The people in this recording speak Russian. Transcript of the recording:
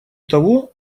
того